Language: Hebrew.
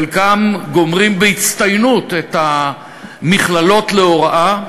וחלקם גמרו בהצטיינות את המכללות להוראה,